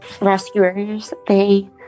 rescuers—they